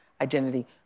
identity